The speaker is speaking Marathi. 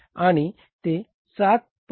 आणि ते 7